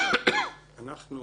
אנחנו,